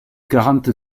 quarante